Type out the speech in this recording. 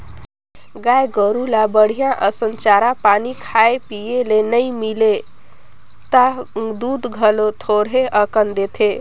गाय गोरु ल बड़िहा असन चारा पानी खाए पिए ले नइ मिलय त दूद घलो थोरहें अकन देथे